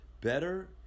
Better